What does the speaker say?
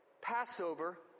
Passover